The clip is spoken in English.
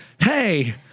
hey